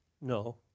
No